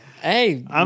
hey